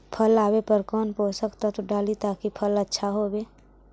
फल आबे पर कौन पोषक तत्ब डाली ताकि फल आछा होबे?